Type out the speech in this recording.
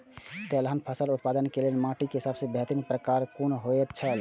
तेलहन फसल उत्पादन के लेल माटी के सबसे बेहतर प्रकार कुन होएत छल?